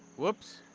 whoops.